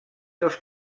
els